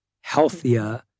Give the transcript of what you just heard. healthier